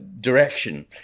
direction